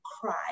cry